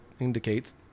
indicates